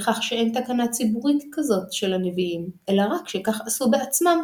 בכך שאין תקנה ציבורית כזאת של הנביאים אלא רק שכך עשו בעצמם